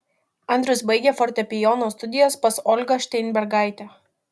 andrius baigė fortepijono studijas pas olgą šteinbergaitę